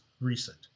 recent